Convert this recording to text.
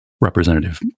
representative